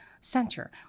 Center